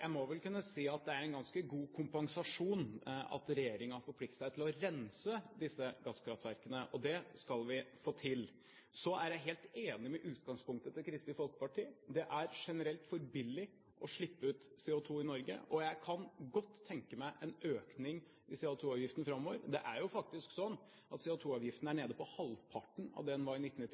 Jeg må vel kunne si at det er en ganske god kompensasjon at regjeringen har forpliktet seg til å rense disse gasskraftverkene. Og det skal vi få til. Så er jeg helt enig i utgangspunktet til Kristelig Folkeparti. Det er generelt for billig å slippe ut CO2 i Norge. Jeg kan godt tenke meg en økning i CO2-avgiften framover. Det er faktisk slik at CO2-avgiften er nede i